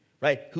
right